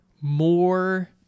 More